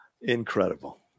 Incredible